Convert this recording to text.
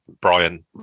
brian